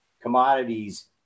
commodities